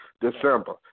December